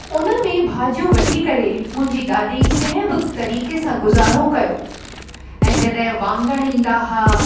उनमें भाॼियूं वठी करे मुंहिंजी ॾाॾी कंहिं बि तरीक़े सां गुज़ारो कयो ऐं जॾहिं वाङण ईंदा हुआ